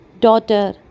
Daughter